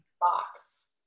box